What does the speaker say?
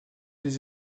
des